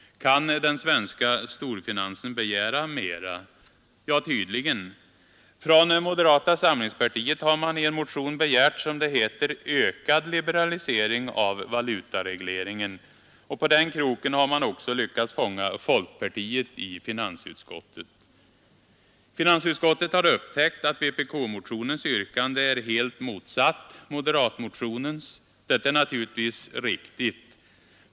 Kan den svenska storfinansen begära mera? Ja, tydligen. Från moderata samlingspartiet har man i en motion begärt, som det heter, ökad liberalisering av valutaregleringen. På den kroken har man också lyckats fånga folkpartiet i finansutskottet. Finansutskottet har upptäckt att vpk-motionens yrkande är helt motsatt moderatmotionens. Detta är naturligtvis riktigt.